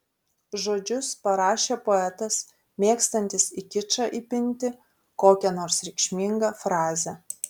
žodžius parašė poetas mėgstantis į kičą įpinti kokią nors reikšmingą frazę